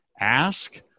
ask